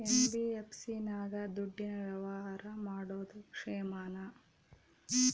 NBFC ನಾಗ ದುಡ್ಡಿನ ವ್ಯವಹಾರ ಮಾಡೋದು ಕ್ಷೇಮಾನ?